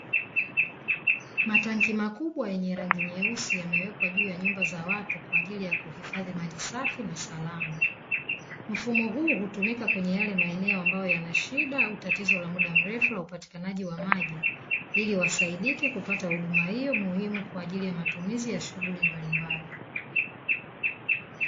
Matanki makubwa yenye rangi nyeusi, yamewekwa juu ya nyumba za watu kwa ajili ya kuhifadhi maji safi na salama. Mfumo huu hutumika kwenye yale maeneo ambayo yanashida au tatizo la mda mrefu la upatikanaji wa maji, ili wasaidike kupata huduma hiyo muhimu kwajili ya matumizi ya shughuli mbalimbali.